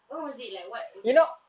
what was it like what were you